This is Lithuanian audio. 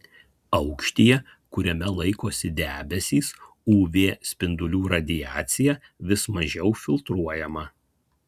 aukštyje kuriame laikosi debesys uv spindulių radiacija vis mažiau filtruojama